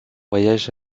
voyage